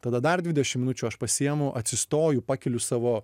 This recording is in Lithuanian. tada dar dvidešim minučių aš pasiimu atsistoju pakeliu savo